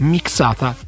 Mixata